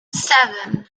seven